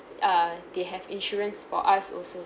err they have insurance for us also